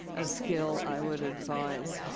a skill i would advise